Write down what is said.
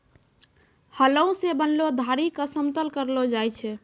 हलो सें बनलो धारी क समतल करलो जाय छै?